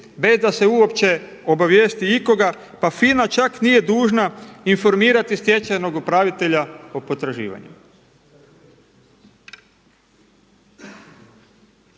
bez da se uopće obavijesti ikoga. Pa FINA čak nije dužna informirati stečajnog upravitelja o potraživanjima.